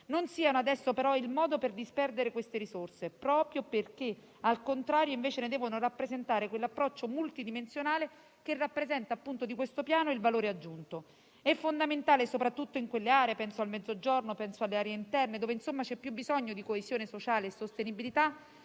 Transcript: Non siano adesso, però, il modo per disperdere queste risorse, proprio perché, al contrario, invece ne devono rappresentare quell'approccio multidimensionale che di questo piano rappresenta, appunto, il valore aggiunto. È fondamentale soprattutto in quelle aree - penso al Mezzogiorno, alle aree interne - dove, insomma, c'è più bisogno di coesione sociale e sostenibilità,